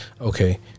Okay